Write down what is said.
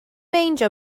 meindio